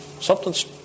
something's